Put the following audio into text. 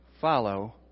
Follow